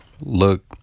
look